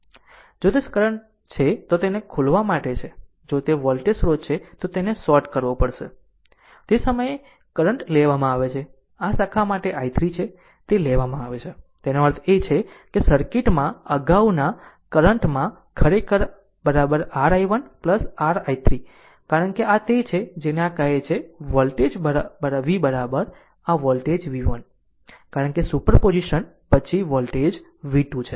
જો તે કરંટ સ્રોત છે તો તેને ખોલવા માટે છે જો તે વોલ્ટેજ સ્રોત છે તો તેને શોર્ટ કરવો પડશે તે સમયે કરંટ લેવામાં આવે છે આ શાખા માટે i3 છે તે લેવામાં આવે છે તેનો અર્થ એ કે સર્કિટમાં અગાઉના કરંટ માં ખરેખર r i1 r i3 કારણ કે આ તે છે જેને આ કહે છે વોલ્ટેજ v આ વોલ્ટેજ v1 કારણ કે સુપરપોઝિશન પછી વોલ્ટેજ v2 છે